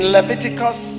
Leviticus